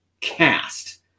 cast